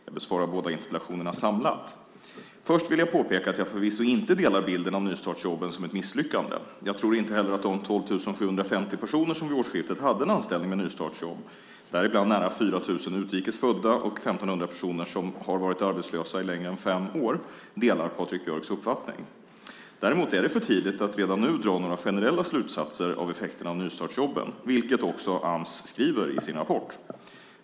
Jag besvarar båda interpellationerna samlat. Först vill jag påpeka att jag förvisso inte delar bilden av nystartsjobben som ett misslyckande. Jag tror inte heller att de 12 750 personer som vid årsskiftet hade en anställning med nystartsjobb, däribland nära 4 000 utrikes födda och 1 500 personer som varit arbetslösa längre än fem år, delar Patrik Björcks uppfattning. Däremot är det för tidigt att redan nu dra några generella slutsatser av effekterna av nystartsjobben, vilket också Ams skriver i sin rapport.